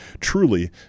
truly